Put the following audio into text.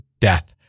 Death